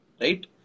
Right